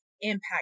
impact